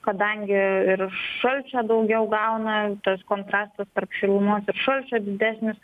kadangi ir šalčio daugiau gauna tas kontrastas tarp šilumos ir šalčio didesnis